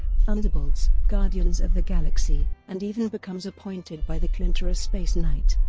thunderbolts, guardians of the galaxy, and even becomes appointed by the klyntar a space knight.